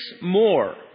more